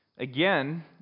Again